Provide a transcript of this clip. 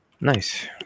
Nice